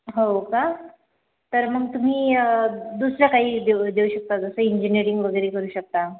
हो का तर मग तुम्ही दुसऱ्या काही देऊ देऊ शकता जसे इंजीनियरिंग वगैरे करू शकता